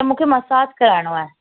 त मूंखे मसाज कराइणो आहे